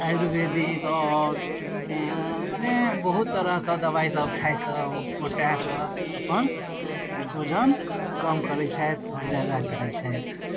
आयुर्वेदिक आओर मने बहुत तरहके दबाइ सब खाके मोटाके अपन वजन कम करय छथि आओर जादा करय छथि